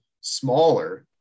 smaller